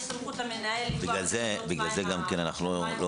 יש סמכות למנהל לקבוע מה יהיה גודל הקבוצה.